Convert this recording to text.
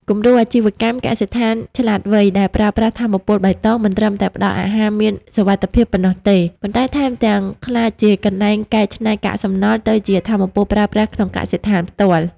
គំរូអាជីវកម្ម "កសិដ្ឋានឆ្លាតវៃ" ដែលប្រើប្រាស់ថាមពលបៃតង មិនត្រឹមតែផ្ដល់អាហារមានសុវត្ថិភាពប៉ុណ្ណោះទេ ប៉ុន្តែថែមទាំងក្លាយជាកន្លែងកែច្នៃកាកសំណល់ទៅជាថាមពលប្រើប្រាស់ក្នុងកសិដ្ឋានផ្ទាល់។